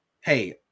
Hey